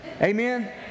Amen